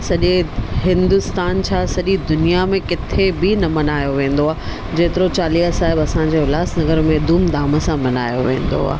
सॼे हिंदुस्तान छा सॼी दुनिया में किथे बि न मनायो वेंदो आहे जेतिरो चालीहा साहिबु असांजे उल्हासनगर में धूम धाम सां मल्हायो वेंदो आहे